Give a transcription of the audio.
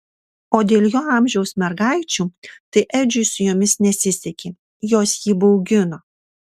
o dėl jo amžiaus mergaičių tai edžiui su jomis nesisekė jos jį baugino